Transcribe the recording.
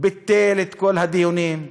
ביטל את כל הדיונים,